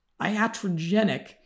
iatrogenic